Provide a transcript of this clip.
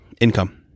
income